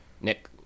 Nick